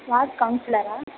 ward கவுன்சிலரா